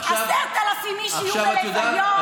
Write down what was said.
10,000 איש יהיו בלוויות,